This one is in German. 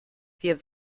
wir